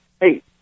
hey